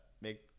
make